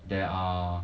there are